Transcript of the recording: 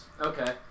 Okay